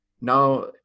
Now